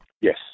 Yes